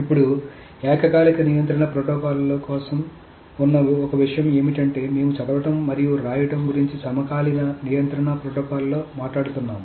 ఇప్పుడు ఏకకాలిక నియంత్రణ ప్రోటోకాల్ల కోసం మిగిలి ఉన్న ఒక విషయం ఏమిటంటే మేము చదవడం మరియు వ్రాయడం గురించి సమకాలీన నియంత్రణ ప్రోటోకాల్లలో మాట్లాడుతున్నాము